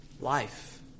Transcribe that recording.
life